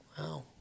Wow